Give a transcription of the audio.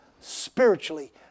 spiritually